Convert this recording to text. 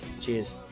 Cheers